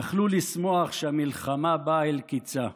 יכלו לשמוח שהמלחמה באה אל קיצה.